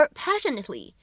passionately